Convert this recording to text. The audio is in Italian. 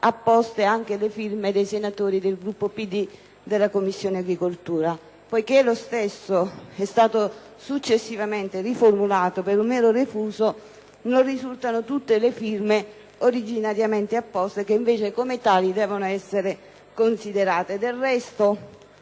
apposte anche le firme dei senatori del Gruppo del Partito Democratico della Commissione agricoltura. Poiché lo stesso è stato successivamente riformulato, per un mero refuso, non risultano tutte le firme originariamente apposte, che invece, come tali, devono essere considerate. Del resto,